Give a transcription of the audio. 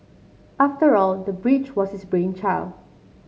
after all the bridge was his brainchild